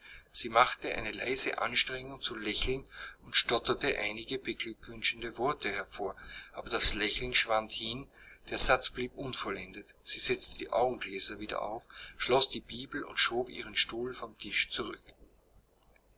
sie machte eine leise anstrengung zu lächeln und stotterte einige beglückwünschende worte hervor aber das lächeln schwand hin der satz blieb unvollendet sie setzte die augengläser wieder auf schloß die bibel und schob ihren stuhl vom tisch zurück